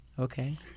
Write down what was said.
Okay